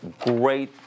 great